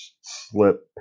slip